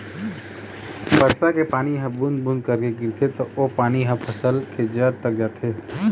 बरसा के पानी ह बूंद बूंद करके गिरथे त ओ पानी ह फसल के जर तक जाथे